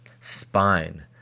spine